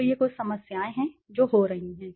तो ये कुछ समस्याएं हैं जो हो रही हैं